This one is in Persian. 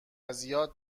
زیاد